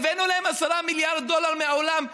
הבאנו להם 10 מיליארד דולר מהעולם.